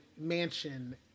mansion